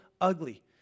ugly